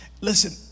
Listen